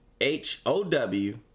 H-O-W